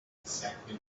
exactly